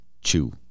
Chew